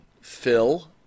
Phil